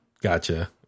Gotcha